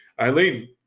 Eileen